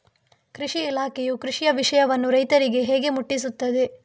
ಕೃಷಿ ಇಲಾಖೆಯು ಕೃಷಿಯ ವಿಷಯವನ್ನು ರೈತರಿಗೆ ಹೇಗೆ ಮುಟ್ಟಿಸ್ತದೆ?